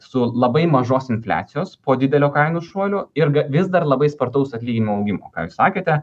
su labai mažos infliacijos po didelio kainų šuolio ir vis dar labai spartaus atlyginimų augimo ką jūs sakėte